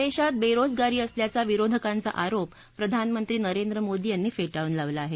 देशात बेरोजगारी असल्याचा विरोधकांचा आरोप प्रधानमंत्री नरेंद्र मोदी यांनी फेटाळून लावला आहे